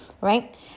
right